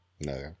No